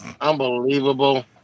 unbelievable